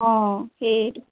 অঁ সেয়েতো